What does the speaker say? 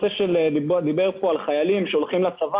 פה על חיילים שהולכים לצבא,